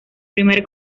primer